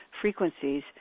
frequencies